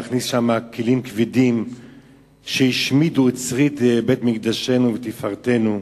להכניס לשם כלים כבדים שהשמידו את שריד בית-מקדשנו ותפארתנו.